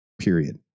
period